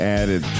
added